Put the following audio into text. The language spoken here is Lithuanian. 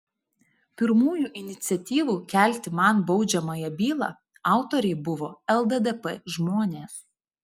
pirmųjų iniciatyvų kelti man baudžiamąją bylą autoriai buvo lddp žmonės